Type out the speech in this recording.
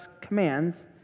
commands